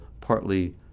partly